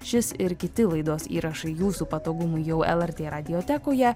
šis ir kiti laidos įrašai jūsų patogumui jau lrt radiotekoje